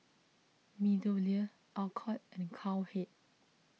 MeadowLea Alcott and Cowhead